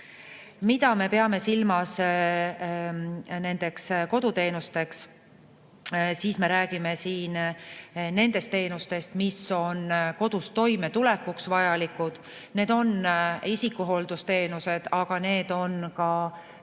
Mida me peame silmas koduteenuste all? Me räägime siin nendest teenustest, mis on kodus toimetulekuks vajalikud. Need on isikuhooldusteenused, aga need on ka näiteks